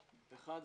אחד,